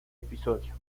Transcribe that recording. episodio